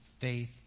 faith